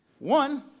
One